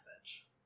message